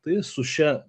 tai su šia